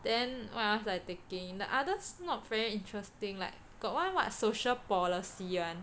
then what else I taking the others not very interesting like got one what social policy [one]